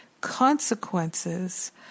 consequences